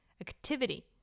activity